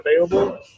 available